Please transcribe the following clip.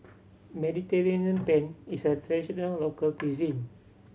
Mediterranean Penne is a traditional local cuisine